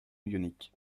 ioniques